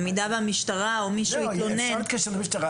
במידה והמשטרה או מישהו יתלונן --- אפשר להתקשר למשטרה.